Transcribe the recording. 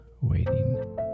Waiting